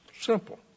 Simple